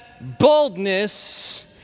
boldness